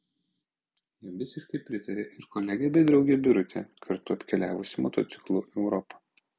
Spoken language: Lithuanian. jam visiškai pritarė ir kolegė bei draugė birutė kartu apkeliavusi motociklu europą